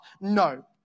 No